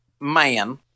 man